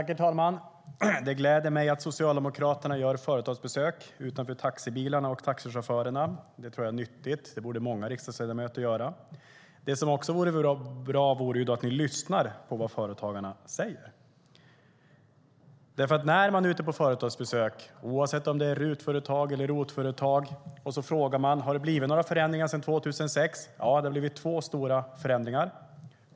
Herr talman! Det gläder mig att Socialdemokraterna gör företagsbesök utöver taxibilar och taxichaufförer. Det är nyttigt, och det borde många riksdagsledamöter göra. Det vore också bra om ni lyssnade på vad företagarna säger. När man är ute på företagsbesök, oavsett om det är RUT eller ROT-företag, och frågar om det har blivit några förändringar sedan 2006 säger de: Ja, det har blivit två stora förändringar.